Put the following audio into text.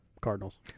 Cardinals